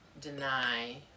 deny